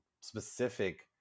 specific